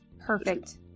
Perfect